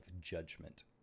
judgment